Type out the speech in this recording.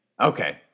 Okay